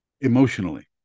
emotionally